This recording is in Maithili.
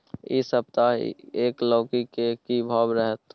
इ सप्ताह एक लौकी के की भाव रहत?